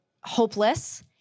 hopeless